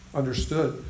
understood